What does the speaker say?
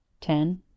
ten